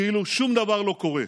כאילו שום דבר לא קורה.